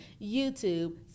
YouTube